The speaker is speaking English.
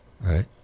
Right